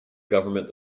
government